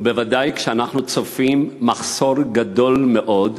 ובוודאי כשעל-פי הלמ"ס אנחנו צופים מחסור גדול מאוד,